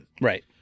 Right